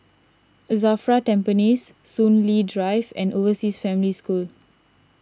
Safra Tampines Soon Lee Drive and Overseas Family School